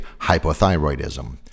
hypothyroidism